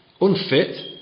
unfit